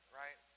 right